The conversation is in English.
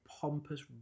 pompous